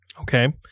Okay